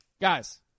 Guys